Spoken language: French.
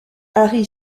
harry